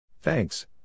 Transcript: Thanks